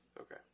okay